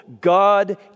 God